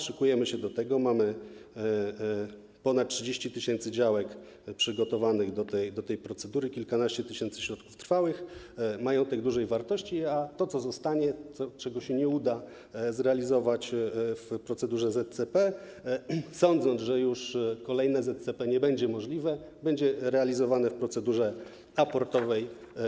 Szykujemy się do tego, mamy ponad 30 tys. działek przygotowanych do tej procedury, kilkanaście tysięcy środków trwałych, majątek dużej wartości, a to, co zostanie, czego nie uda się zrealizować w procedurze ZCP, sądząc, że kolejne ZCP nie będzie już możliwe, będzie realizowane w procedurze aportowej.